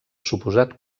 suposat